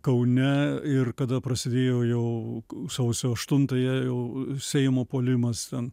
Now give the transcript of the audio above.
kaune ir kada prasidėjo jau sausio aštuntąją jau seimo puolimas ten